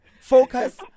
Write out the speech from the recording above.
focus